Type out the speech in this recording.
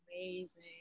amazing